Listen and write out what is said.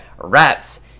rats